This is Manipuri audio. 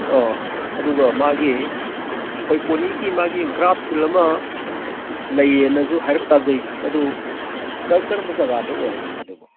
ꯑꯣ ꯑꯗꯨꯒ ꯃꯥꯒꯤ ꯑꯩꯈꯣꯏ ꯄꯣꯅꯤꯒꯤ ꯃꯥꯒꯤ ꯒ꯭ꯔꯥꯁ ꯐꯤꯜ ꯑꯃ ꯂꯩꯌꯦꯅꯁꯨ ꯍꯥꯏꯔꯞ ꯇꯥꯖꯩ ꯃꯗꯨ ꯀꯔꯝꯕ ꯖꯒꯥꯗ ꯑꯣꯏꯔꯕꯅꯣ ꯃꯗꯨꯕꯣ